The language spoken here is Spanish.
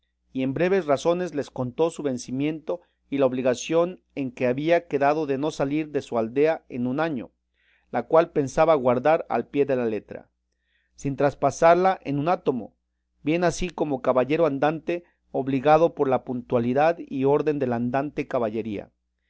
y en breves razones les contó su vencimiento y la obligación en que había quedado de no salir de su aldea en un año la cual pensaba guardar al pie de la letra sin traspasarla en un átomo bien así como caballero andante obligado por la puntualidad y orden de la andante caballería